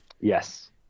Yes